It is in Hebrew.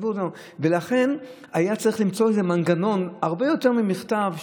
לכן היה צריך למצוא איזה מנגנון הרבה יותר ממכתב,